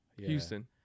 Houston